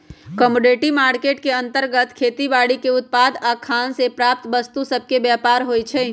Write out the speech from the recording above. commodity market के अंतर्गत खेती बाड़ीके उत्पाद आऽ खान से प्राप्त वस्तु सभके व्यापार होइ छइ